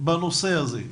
בנושא הזה,